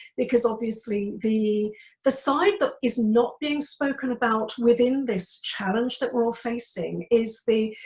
because obviously the the side that is not being spoken about within this challenge that we're all facing is the,